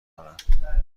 دارم